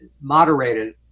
moderated